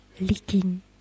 leaking